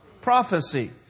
Prophecy